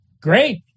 great